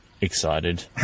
excited